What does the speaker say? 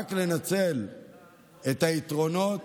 רק לנצל את היתרונות,